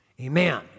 Amen